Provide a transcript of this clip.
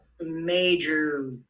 major